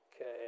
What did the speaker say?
Okay